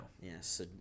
Yes